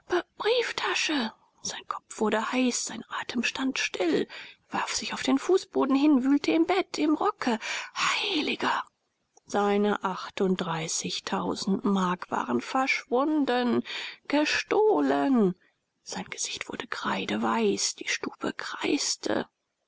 br brieftasche sein kopf wurde heiß sein atem stand still er warf sich auf den fußboden hin wühlte im bett im rocke heiliger seine mark waren verschwunden gestohlen sein gesicht wurde kreideweiß die stube kreiste